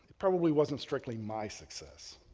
probably wasn't strictly my success,